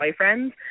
boyfriends